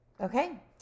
Okay